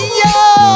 yo